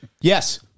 Yes